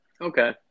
Okay